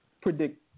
predict